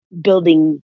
building